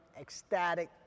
ecstatic